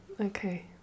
okay